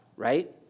Right